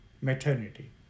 maternity